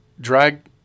drag